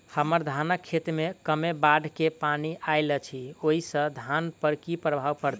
हम्मर धानक खेत मे कमे बाढ़ केँ पानि आइल अछि, ओय सँ धान पर की प्रभाव पड़तै?